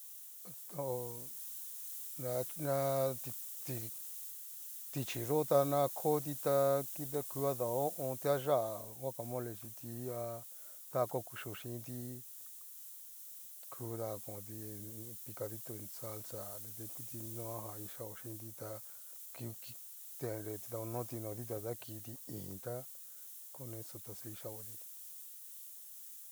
Na ha taooo na- na ti- ti tichí yo'o tana koti tá. kini ku kadao ho o on. tiayá'a guacamole xhiti ha taco kuxhio shinti, ku tan konti picadito en salsa nida ikuti noajan kixao xhínti takio ki tendreti ta konoti no dita ta kiti i'in tá con eso ta xa kixaotí.